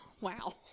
Wow